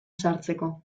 sartzeko